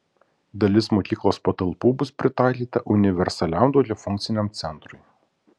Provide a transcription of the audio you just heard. dalis mokyklos patalpų bus pritaikyta universaliam daugiafunkciam centrui